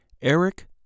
Eric